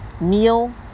meal